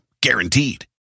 Guaranteed